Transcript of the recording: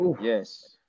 Yes